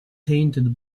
tainted